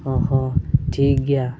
ᱚ ᱦᱚᱸ ᱴᱷᱤᱠ ᱜᱮᱭᱟ